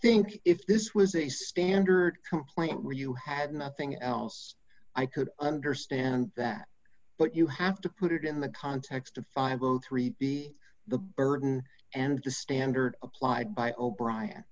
think if this was a standard complaint where you had nothing else i could understand that but you have to put it in the context of five o three b the burden and the standard applied by o'brian